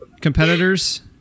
competitors